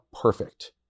perfect